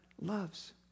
loves